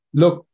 look